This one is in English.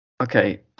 Okay